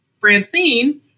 Francine